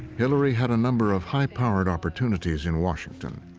hillary had a number of high-powered opportunities in washington.